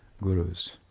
gurus